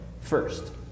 first